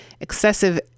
excessive